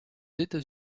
états